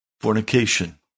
fornication